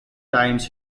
times